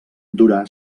durà